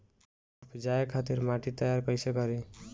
उपजाये खातिर माटी तैयारी कइसे करी?